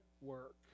work